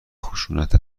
خشونت